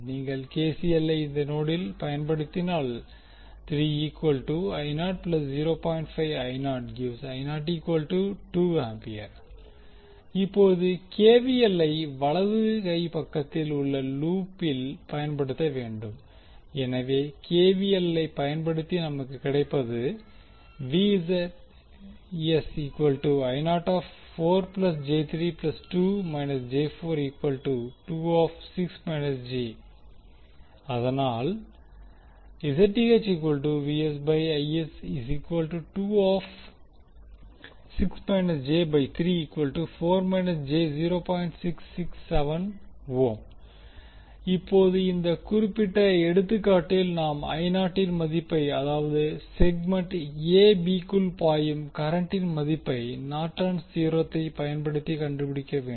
நீங்கள் K C எல்லை இந்த நோடில் பயன்படுத்தினால் இப்போது கே வி எல் ஐ வலது கை பக்கத்தில் உள்ள லூப்பில் பயன்படுத்த வேண்டும் எனவே கேவிஎல் ஐ பயன்படுத்தி நமக்கு கிடைப்பது அதனால் இப்போது இந்த குறிப்பிட்ட எடுத்துக்காட்டில் நாம் ன் மதிப்பை அதாவது செக்மண்ட் a b க்குள் பாயும் கரண்டின் மதிப்பை நார்ட்டன்ஸ் தியோரத்தை norton's theorem பயன்படுத்தி கண்டுபிடிக்க வேண்டும்